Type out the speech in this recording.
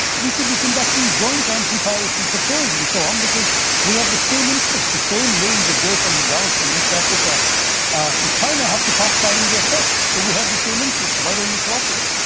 we could be conducting joint anti-piracy patrols and so on. because we have the same interest. the same lanes that go from the gulf in east africa to china have to pass by india first. so we have the same interest. why don't we cooperate?